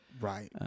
Right